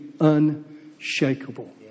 unshakable